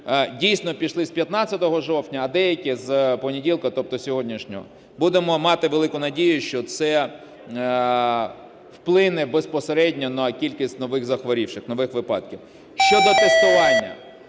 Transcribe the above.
дійсно, пішли з 15 жовтня, а деякі з понеділка, тобто з сьогоднішнього. Будемо мати велику надію, що це вплине безпосередньо на кількість нових захворівших, нових випадків. Щодо тестування.